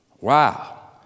Wow